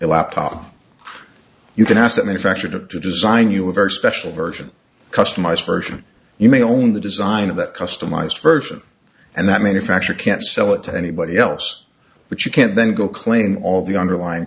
laptop you can ask that manufacture to design you a very special version customized version you may own the design of that customized version and that manufacture can't sell it to anybody else but you can't then go claim all the underlying